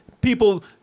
People